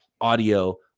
audio